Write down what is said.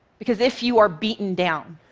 because if you are beaten down,